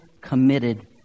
committed